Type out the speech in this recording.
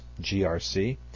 GRC